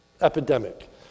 epidemic